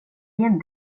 igen